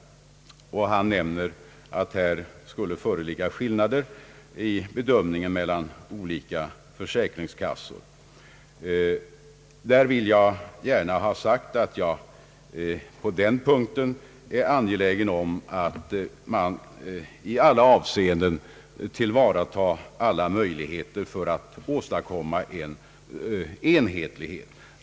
Han nämnde att det skulle föreligga skillnader i bedömningarna mellan olika försäkringskassor. Jag vill gärna ha sagt, att jag på den punkten är angelägen om att man i alla avseenden tillvaratar möjligheterna att åstadkomma enhetlighet.